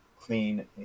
clean